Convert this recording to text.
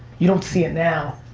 you don't see it now,